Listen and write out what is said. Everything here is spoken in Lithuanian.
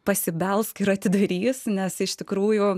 pasibelsk ir atidarys nes iš tikrųjų